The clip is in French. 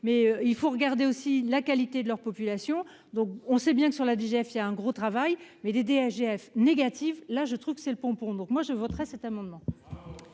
mais il faut regarder aussi la qualité de leur population, donc on sait bien que sur la DGF il y a un gros travail mais des des AGF négative, là je trouve que c'est le pompon, donc moi je voterai cet amendement.